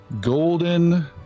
golden